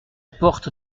porte